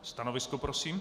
Stanovisko prosím.